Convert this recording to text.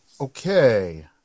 Okay